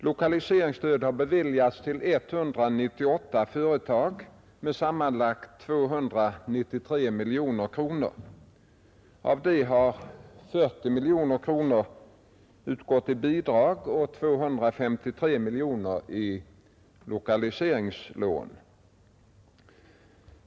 Lokaliseringsstöd har beviljats 198 företag med sammanlagt 293 miljoner kronor. Därav har 40 miljoner kronor utgått i bidrag och 253 miljoner i lokaliseringslån.